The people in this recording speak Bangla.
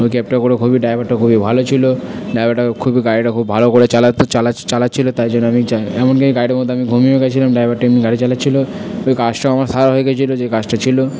ওই ক্যাবটা করে খুবই ড্রাইভারটা খুবই ভালো ছিলো ড্রাইভারটাও খুবই গাড়িটা খুব ভালো করে চালাচ্ছিলো তাই জন্যে আমি চা এমনকি আমি গাড়িটার মধ্যে আমি ঘুমিয়েও গেছিলাম ড্রাইভারটা এমনি গাড়ি চালাচ্ছিলো কাজটাও আমার সারা হয়ে গিয়েছিলো যেই কাজটা ছিলো